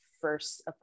first